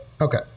Okay